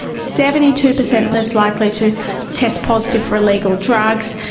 seventy two percent less likely to test positive for illegal drugs.